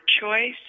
choice